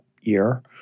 year